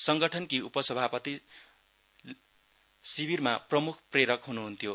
सङ्गठनकी उपसभापति शिविरका प्रमुख प्रेरक हुनुहुन्थ्यो